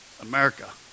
America